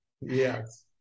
Yes